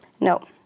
No